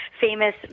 famous